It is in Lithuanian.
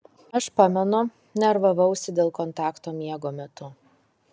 aš pamenu nervavausi dėl kontakto miego metu